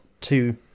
two